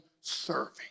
serving